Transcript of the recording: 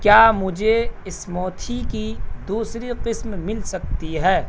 کیا مجھے اسموتھی کی دوسری قسم مل سکتی ہے